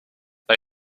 they